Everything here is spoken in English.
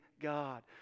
God